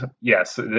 yes